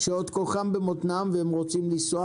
כשעוד כוחם במותנם והם רוצים לנסוע